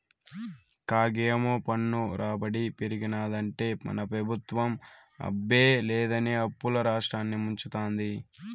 కాగేమో పన్ను రాబడి పెరిగినాదంటే మన పెబుత్వం అబ్బే లేదని అప్పుల్ల రాష్ట్రాన్ని ముంచతాంది